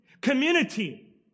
community